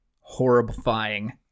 horrifying